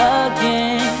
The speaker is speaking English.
again